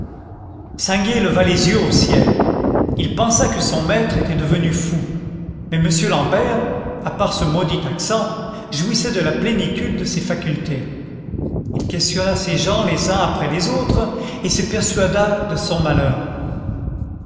singuet leva les yeux au ciel il pensa que son maître était devenu fou mais m l'ambert à part ce maudit accent jouissait de la plénitude de ses facultés il questionna ses gens les uns après les autres et se persuada de son malheur